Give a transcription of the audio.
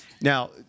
Now